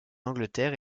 angleterre